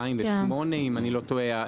2008 אם אני לא טועה.